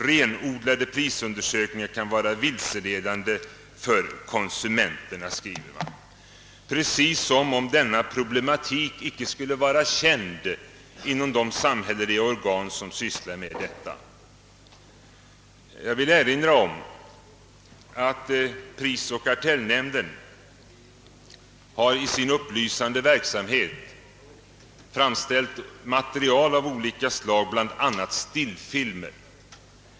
»Renodlade prisundersökningar kan vara vilseledande för konsumenterna», skriver man. Precis som om denna problematik inte skulle vara känd inom de samhälleliga organ som sysslar med detta! Jag vill erinra om att prisoch kartellnämnden i sin upplysande verksamhet har framställt material av olika slag, bl.a. stillfilmer.